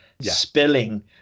spilling